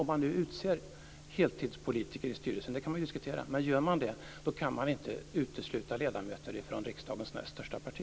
Om heltidspolitiker skall utses i styrelsen - det är en fråga som kan diskuteras - går det inte att utesluta ledamöter från riksdagens näst största parti.